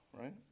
right